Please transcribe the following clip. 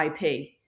IP